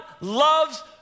loves